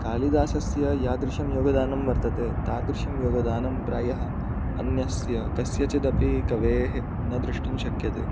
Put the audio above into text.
कालिदासस्य यादृशं योगदानं वर्तते तादृशं योगदानं प्रायः अन्यस्य कस्यचिदपि कवेः न द्रष्टुं शक्यते